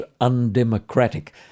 undemocratic